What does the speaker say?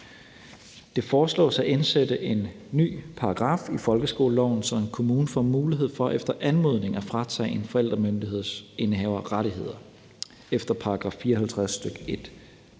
Det foreslås at indsætte en ny paragraf i folkeskoleloven, så en kommune får mulighed for efter anmodning at fratage en forældremyndighedsindehaver rettigheder efter § 54, stk.